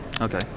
Okay